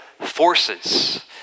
forces